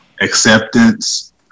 acceptance